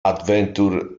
adventure